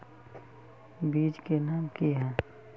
बीज के नाम की है?